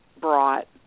brought